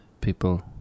people